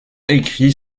écrit